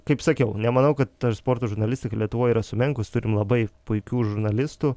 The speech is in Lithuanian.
kaip sakiau nemanau kad ta sporto žurnalistika lietuvoj yra sumenkus turim labai puikių žurnalistų